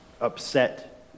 upset